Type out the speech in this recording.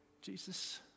Jesus